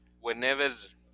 Whenever